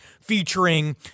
featuring